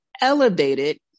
elevated